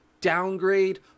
downgrade